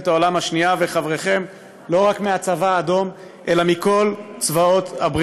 מה זאת אומרת בלתי